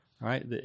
Right